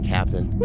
Captain